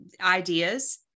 ideas